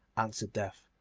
answered death,